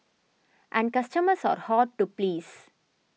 and customers are hard to please